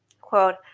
Quote